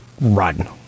run